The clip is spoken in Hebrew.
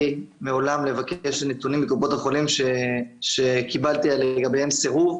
מעולם לבקש נתונים מקופות החולים ולקבל סירוב.